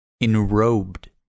enrobed